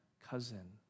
cousin